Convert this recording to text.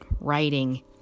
writing